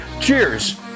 Cheers